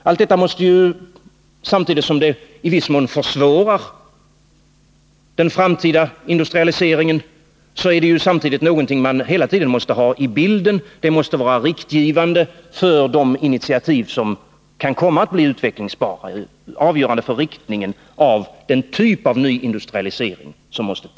Samtidigt som allt detta i viss mån försvårar den framtida industrialiseringen är det ju någonting som man hela tiden måste ha med i bilden. Det måste vara riktgivande för de initiativ som kan komma att bli utvecklingsbara, avgörande för inriktningen av den typ av ny industrialisering som måste . till.